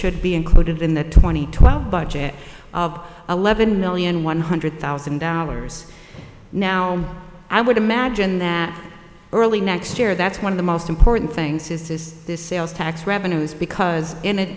should be included in the twenty twelve budget of eleven million one hundred thousand dollars now i would imagine that early next year that's one of the most important things is this the sales tax revenues because in